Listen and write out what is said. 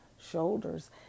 shoulders